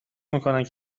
میکنند